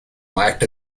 lacked